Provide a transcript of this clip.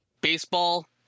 baseball